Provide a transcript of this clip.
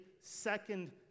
second